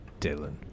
Dylan